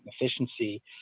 efficiency